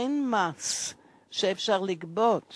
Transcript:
אין מס שאפשר לגבות